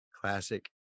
classic